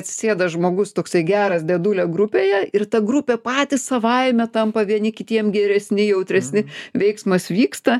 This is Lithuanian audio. atsisėda žmogus toksai geras dėdulė grupėje ir ta grupė patys savaime tampa vieni kitiem geresni jautresni veiksmas vyksta